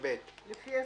מסעיף קטן (ב), לפי הסדר.